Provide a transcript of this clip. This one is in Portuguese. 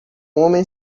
homem